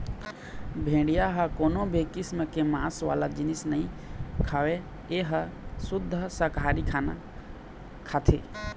भेड़िया ह कोनो भी किसम के मांस वाला जिनिस नइ खावय ए ह सुद्ध साकाहारी खाना खाथे